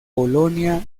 polonia